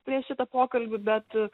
prieš šitą pokalbį bet